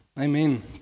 Amen